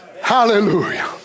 hallelujah